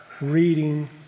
reading